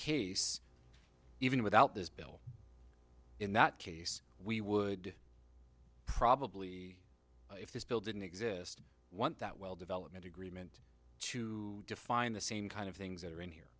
case even without this bill in that case we would probably if this bill didn't exist what that well development agreement to define the same kind of things that are in here